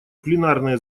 пленарное